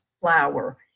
flour